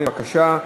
בבקשה,